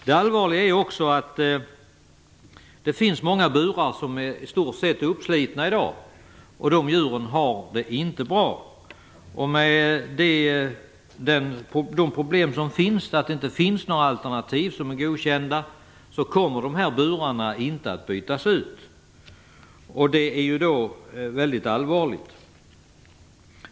Det allvarliga är att det i dag finns många burar som är i stort sett utslitna, och de djuren har det inte bra. Med tanke på att det inte finns några alternativ som är godkända kommer dessa burar inte att bytas ut, och det är mycket allvarligt.